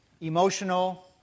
emotional